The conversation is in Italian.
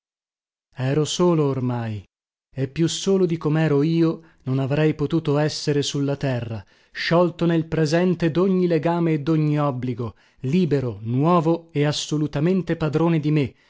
ero solo ormai e più solo di comero non avrei potuto essere su la terra sciolto nel presente dogni legame e dogni obbligo libero nuovo e assolutamente padrone di me